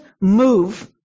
move